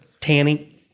Tanny